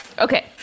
Okay